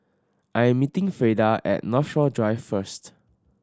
I am meeting Freida at Northshore Drive first